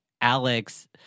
Alex